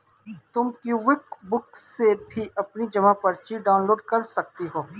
तुम क्विकबुक से भी अपनी जमा पर्ची डाउनलोड कर सकती हो